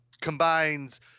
combines